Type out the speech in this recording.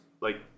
like-